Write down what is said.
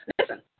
listen